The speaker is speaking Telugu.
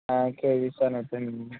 కేజీ సెనగపిండి